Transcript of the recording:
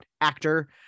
actor